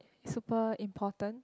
super important